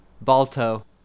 Balto